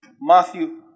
Matthew